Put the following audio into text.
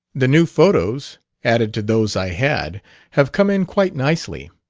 the new photos added to those i had have come in quite nicely.